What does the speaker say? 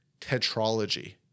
tetralogy